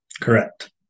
Correct